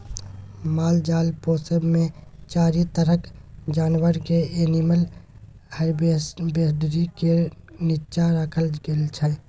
मालजाल पोसब मे चारि तरहक जानबर केँ एनिमल हसबेंडरी केर नीच्चाँ राखल गेल छै